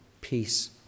peace